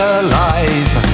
alive